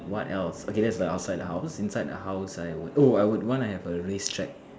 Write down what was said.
what else okay that's the outside the house inside the house I would oh I would want to have a race track